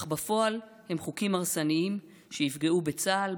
אך בפועל הם חוקים הרסניים שיפגעו בצה"ל,